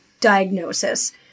diagnosis